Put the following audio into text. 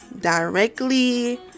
directly